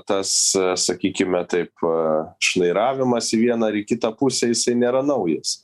tas sakykime taip a šnairavimas į vieną ar į kitą pusę jisai nėra naujas